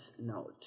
note